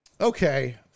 Okay